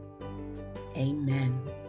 Amen